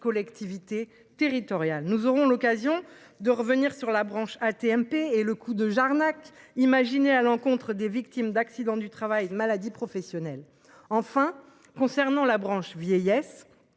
collectivités territoriales. Nous aurons l’occasion de revenir sur la branche AT MP et sur le coup de Jarnac infligé aux victimes d’accidents du travail et de maladies professionnelles. Enfin, j’évoquerai la branche vieillesse.